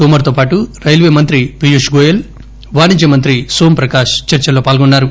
తోమర్ తో పాటు రైల్వే మంత్రి పియూష్ గోయల్ వాణిజ్యమంత్రి నోమ్ ప్రకాశ్ చర్చల్లో పాల్గొన్నారు